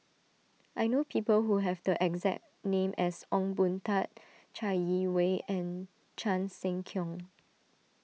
I know people who have the exact name as Ong Boon Tat Chai Yee Wei and Chan Sek Keong